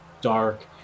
dark